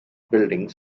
buildings